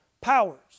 powers